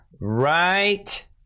Right